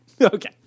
okay